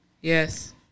Yes